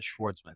Schwartzman